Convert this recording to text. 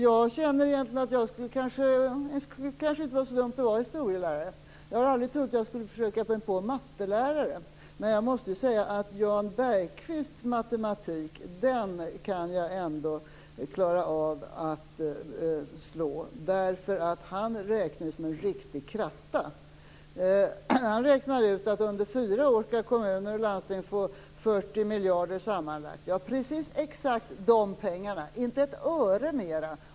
Jag känner att det kanske inte skulle vara så dumt att vara historielärare. Jag har aldrig trott att jag skall försöka mig på att bli mattelärare. Men jag måste säga att Jan Bergqvists matematik kan jag ändå klara av att slå. Han räknar ju som en riktig kratta! Han räknar ut att under fyra år skall kommuner och landsting få 40 miljarder sammanlagt - precis exakt de pengarna, inte ett öre mer.